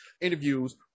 interviews